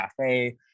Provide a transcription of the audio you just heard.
cafe